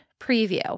preview